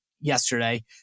yesterday